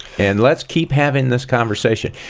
and let's keep having this conversation.